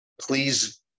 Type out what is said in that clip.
please